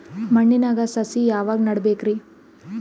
ಮಣ್ಣಿನಾಗ ಸಸಿ ಯಾವಾಗ ನೆಡಬೇಕರಿ?